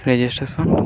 registration